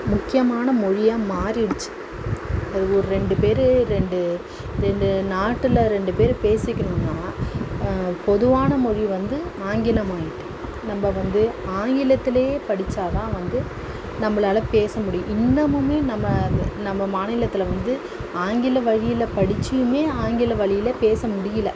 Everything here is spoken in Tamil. முக்கியமான மொழியாக மாறிடிச்சு ஒவ்வொரு ரெண்டு பேர் ரெண்டு ரெண்டு நாட்டில் ரெண்டு பேர் பேசிக்கணும்னா பொதுவான மொழி வந்து ஆங்கிலமாகிட்டு நம்ம வந்து ஆங்கிலத்திலையே படித்தாதான் வந்து நம்மளால பேச முடியும் இன்னமுமே நம்ம நம்ம மாநிலத்தில் வந்து ஆங்கில வழியில் படிச்சுயிமே ஆங்கில வழியில் பேச முடியல